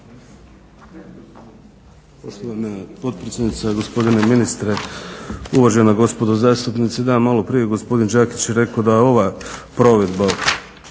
Hvala.